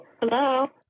Hello